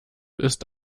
ist